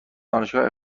دانشگاه